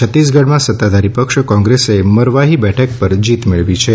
છતીસગઢમાં સતાધારી કોંગ્રેસે પરવાહી બેઠક પર જીત મેળવી છે